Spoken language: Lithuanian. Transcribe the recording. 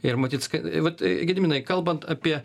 ir matyt ska vat gediminai kalbant apie